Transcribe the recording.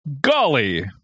golly